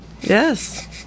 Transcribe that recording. Yes